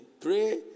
Pray